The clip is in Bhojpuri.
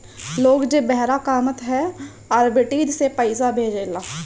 लोग जे बहरा कामत हअ उ आर्बिट्रेज से पईसा भेजेला